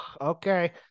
okay